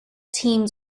teams